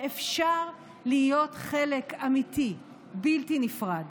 שאפשר להיות חלק אמיתי, בלתי נפרד.